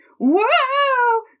whoa